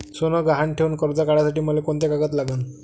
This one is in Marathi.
सोनं गहान ठेऊन कर्ज काढासाठी मले कोंते कागद लागन?